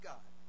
God